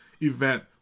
event